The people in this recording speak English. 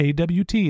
AWT